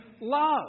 love